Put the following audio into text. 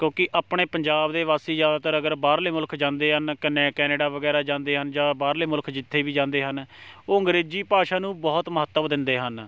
ਕਿਉਂਕਿ ਆਪਣੇ ਪੰਜਾਬ ਦੇ ਵਾਸੀ ਜ਼ਿਆਦਾਤਰ ਅਗਰ ਬਾਹਰਲੇ ਮੁਲਕ ਜਾਂਦੇ ਹਨ ਕਨੇ ਕੈਨੇਡਾ ਵਗੈਰਾ ਜਾਂਦੇ ਹਨ ਜਾਂ ਬਾਹਰਲੇ ਮੁਲਕ ਜਿੱਥੇ ਵੀ ਜਾਂਦੇ ਹਨ ਉਹ ਅੰਗਰੇਜ਼ੀ ਭਾਸ਼ਾ ਨੂੰ ਬਹੁਤ ਮਹੱਤਵ ਦਿੰਦੇ ਹਨ